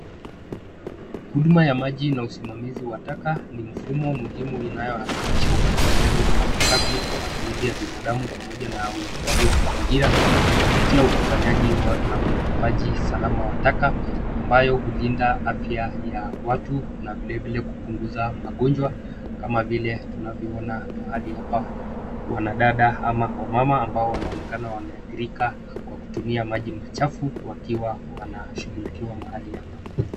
Huduma ya maji na usimamizi wa taka ni mfumo muhimu inayohakikisha upatikanaji wa maji safi kwa matumizi ya binadamu pamoja na huifadhi wa mazingira kupitia ukusanyaji na utupaji salama wa taka, ambayo ulinda afya ya watu na vilevile kupunguza magonjwa kama vile tunavyoona mahali hapa wanadada ama wamama ambao wanaonekana wameadhirika kwa kutumia maji machafu wakiwa wanashughulikiwa mahali hapa.